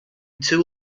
two